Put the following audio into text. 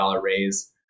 raise